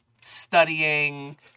studying